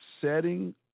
setting